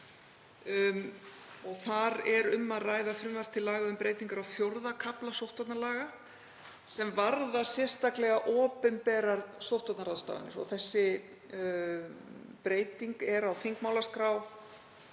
Þar er um að ræða frumvarp til laga um breytingar á IV. kafla sóttvarnalaga sem varða sérstaklega opinberar sóttvarnaráðstafanir. Sú breyting er á þingmálaskrá